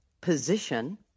position